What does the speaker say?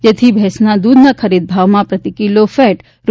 જેથી ભેંસના દૂધના ખરીદભાવમાં પ્રતિ કિલો ફેટ રૂ